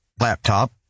laptop